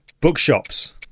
bookshops